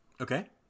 Okay